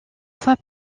fois